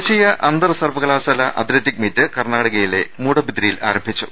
ദേശീയ അന്തർ സർവ്വകലാശാല അത്ലറ്റിക് മീറ്റ് കർണ്ണാടക യിലെ മൂഡബിദ്രിയിൽ ആരംഭിച്ചു